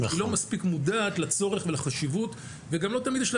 היא לא מספיק מודעת לצורך ולחשיבות וגם לא תמיד יש לה